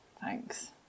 Thanks